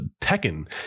Tekken